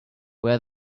wear